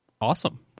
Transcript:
Awesome